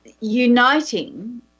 uniting